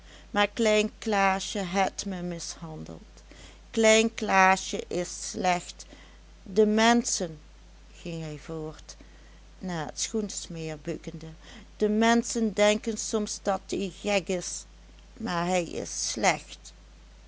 maar klein klaasje het me mishandeld klein klaasje is slecht de menschen ging hij voort naar het schoensmeer bukkende de menschen denken soms dat ie gek is maar hij is slecht